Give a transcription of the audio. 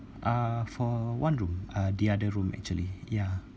uh for one room uh the other room actually yeah